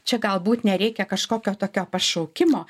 čia galbūt nereikia kažkokio tokio pašaukimo